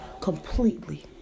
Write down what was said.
completely